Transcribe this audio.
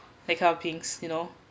that kind of things you know